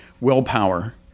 willpower